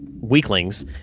weaklings